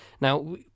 Now